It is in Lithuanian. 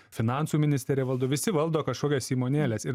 finansų ministerija valdo visi valdo kažkokias įmonėles ir